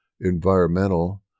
Environmental